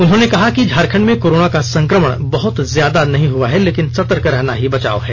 उन्होंने कहा कि झारखंड में कोरोना का संक्रमण बहुत ज्यादा नहीं हुआ है लेकिन सतर्क रहना ही बचाव है